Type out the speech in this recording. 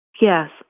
Yes